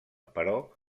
però